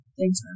Thanks